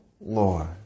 Lord